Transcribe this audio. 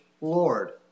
Lord